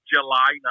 July